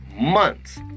months